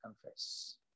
confess